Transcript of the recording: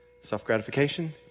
self-gratification